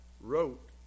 wrote